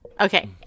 Okay